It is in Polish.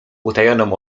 utajoną